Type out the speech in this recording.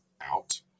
out